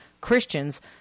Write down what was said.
Christians